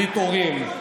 בלי תורים,